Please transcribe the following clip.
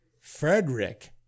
Frederick